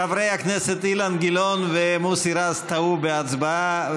חברי הכנסת אילן גילאון ומוסי רז טעו בהצבעה,